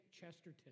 Chesterton